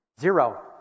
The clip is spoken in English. Zero